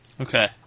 Okay